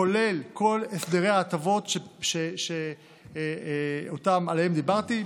כולל כל הסדרי ההטבות שעליהן דיברתי,